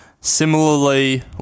similarly